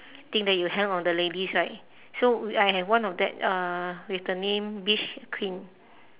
thing that you have on the ladies right so I have one of that uh with the name beach queen